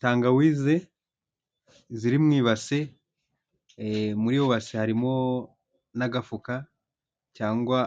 Tangawize ziri mu ibase, muri iyo base harimo n'agafuka cyangwa